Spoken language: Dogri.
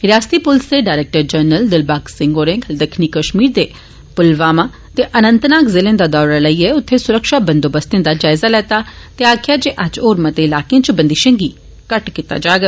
रिआसती पुलसा दे डरैक्टर जनरल दिलबाग सिंह होरें कल दक्खनी कश्मीर दे पुलवामा ते अनंतनाग जिलें दा दौरा लाइयै उत्थें सुरक्षा बंदोबस्तें दा जायजा लैता ते आखेआ जे अज्ज होर मते इलाकें च बंदिशें गी घटाया जाग